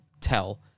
tell